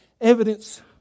evidence